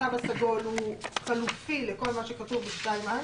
התו הסגול הוא חלופי לכל מה שכתוב בסעיף 2(א),